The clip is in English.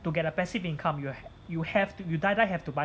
to get a passive income you you have to you die die have to buy